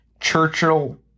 Churchill